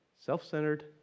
self-centered